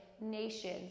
nations